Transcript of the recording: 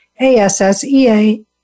A-S-S-E-A